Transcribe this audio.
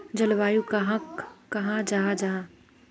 जलवायु कहाक कहाँ जाहा जाहा?